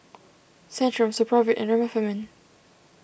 Centrum Supravit and Remifemin